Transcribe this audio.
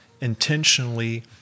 intentionally